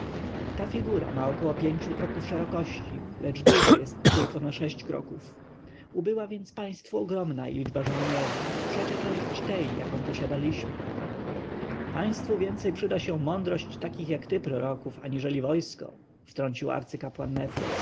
ta figura ma około pięciu kroków szerokości lecz długa jest tylko na sześć kroków ubyła więc państwu ogromna ilość żołnierzy trzecia część tej jaką posiadaliśmy państwu więcej przyda się mądrość takich jak ty proroku aniżeli wojsko wtrącił arcykapłan